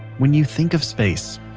when you think of space,